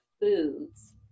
foods